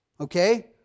okay